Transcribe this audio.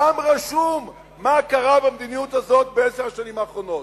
ושם רשום מה קרה במדיניות הזאת בעשר השנים האחרונות.